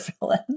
villain